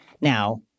now